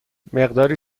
مقداری